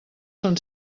són